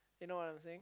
you know what I'm saying